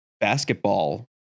basketball